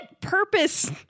purpose